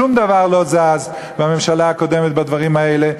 שום דבר לא זז בממשלה הקודמת בדברים האלה,